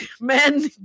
men